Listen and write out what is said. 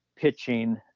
pitching